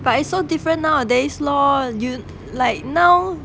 but it's so different nowadays lor you like now